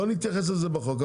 לא נתייחס לזה בחוק.